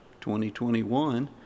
2021